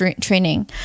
training